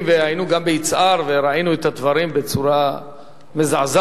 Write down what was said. והיינו גם ביצהר וראינו את הדברים בצורה מזעזעת,